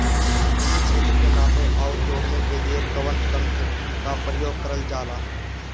भूमि क्षेत्र के नापे आउर जोड़ने के लिए कवन तंत्र का प्रयोग करल जा ला?